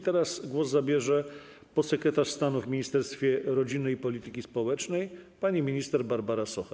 Teraz głos zabierze podsekretarz stanu w Ministerstwie Rodziny i Polityki Społecznej pani minister Barbara Socha.